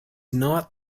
not